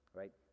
right